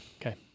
Okay